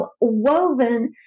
woven